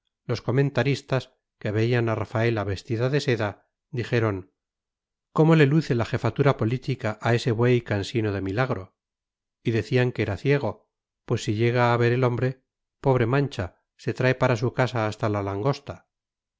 los comentaristas que veían a rafaela vestida de seda dijeron cómo le luce la jefatura política a ese buey cansino de milagro y decían que era ciego pues si llega a ver el hombre pobre mancha se trae para su casa hasta la langosta